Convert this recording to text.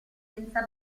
senza